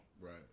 Right